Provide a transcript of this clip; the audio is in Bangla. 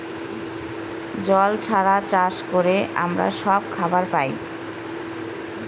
জল ছাড়া চাষ করে আমরা সব খাবার পায়